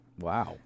Wow